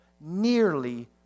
nearly